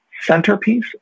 centerpiece